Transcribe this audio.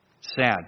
Sad